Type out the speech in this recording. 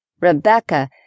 Rebecca